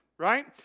right